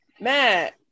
Matt